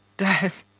death,